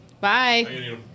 Bye